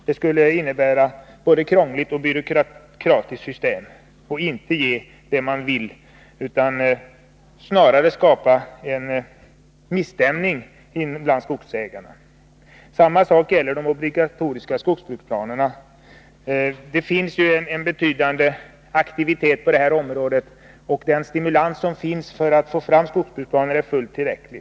Det skulle innebära ett både krångligt och byråkratiskt system, och det skulle inte ge vad man vill uppnå utan snarare skapa en misstämning bland skogsägarna. Samma sak gäller de obligatoriska skogbruksplanerna. Det förekommer ju en betydande aktivitet på detta område. Den stimulans som finns när det gäller att få fram skogsbruksplaner är fullt tillräcklig.